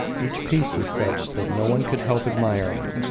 each piece is such that no one could help admiring.